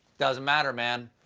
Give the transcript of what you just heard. doesn't matter, man.